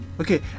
Okay